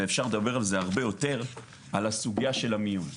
ואפשר לדבר על זה הרבה יותר על הסוגייה של המיון.